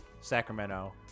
Sacramento